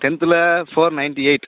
டென்த்தில் four ninety eight